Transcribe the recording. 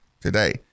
today